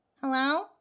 hello